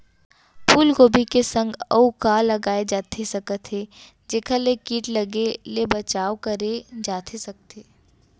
फूलगोभी के संग अऊ का लगाए जाथे सकत हे जेखर ले किट लगे ले बचाव करे जाथे सकय?